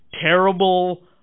terrible